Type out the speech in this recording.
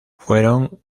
fueron